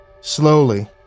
Slowly